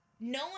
No